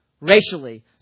racially